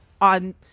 on